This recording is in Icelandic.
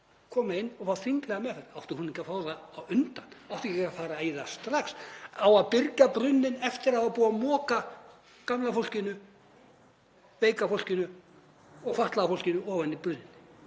koma inn og fá þinglega meðferð. Átti hún ekki að fá það á undan? Átti ekki að fara í það strax? Á að byrgja brunninn eftir að það er búið að moka gamla fólkinu, veika fólkinu og fatlaða fólkinu ofan í brunninn?